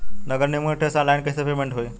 नगर निगम के टैक्स ऑनलाइन कईसे पेमेंट होई?